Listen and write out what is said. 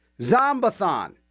Zombathon